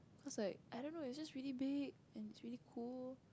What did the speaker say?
because like I don't know it's just really big and it's really cool